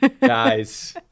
Guys